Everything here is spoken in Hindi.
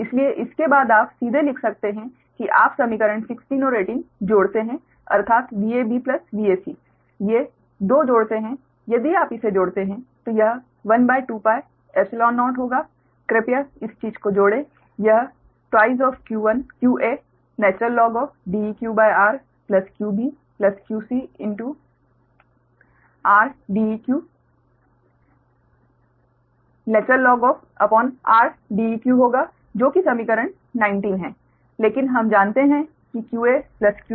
इसलिए इसके बाद आप सीधे लिख सकते हैं कि आप समीकरण 16 और 18 जोड़ते हैं अर्थात VabVac ये 2 जोड़ते हैं यदि आप इसे जोड़ते हैं तो यह 12πϵ0 होगा कृपया इस चीज को जोड़े यह 2qaDeqr qbrDeq होगा जो कि समीकरण 19 है लेकिन हम जानते हैं कि qa qb qc0